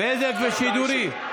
(בזק ושידורים).